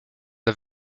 the